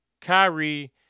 Kyrie